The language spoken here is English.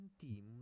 team